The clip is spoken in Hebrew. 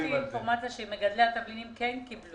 קיבלתי אינפורמציה על כך שמגדלי התבלינים כן קיבלו.